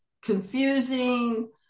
confusing